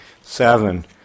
Seven